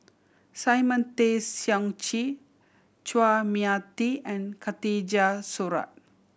Simon Tay Seong Chee Chua Mia Tee and Khatijah Surattee